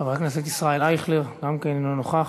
חבר הכנסת ישראל אייכלר, גם כן איננו נוכח.